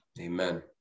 Amen